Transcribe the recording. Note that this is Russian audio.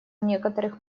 некоторых